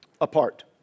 apart